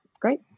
great